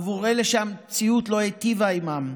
עבור אלה שהמציאות לא הטיבה עימם,